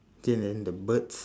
okay then the birds